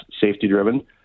safety-driven